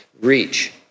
reach